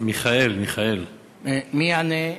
הוא פה,